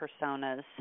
personas